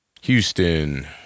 Houston